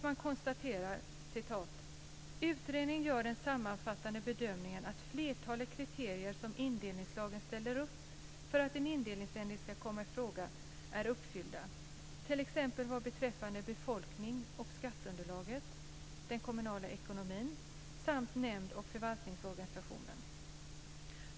Man konstaterar: "Utredningen gör den sammanfattande bedömningen att flertalet kriterier som indelningslagen ställer upp för att en indelningsändring ska komma i fråga är uppfyllda t.ex. vad beträffar befolknings och skatteunderlaget, den kommunala ekonomin samt nämndoch förvaltningsorganisationen."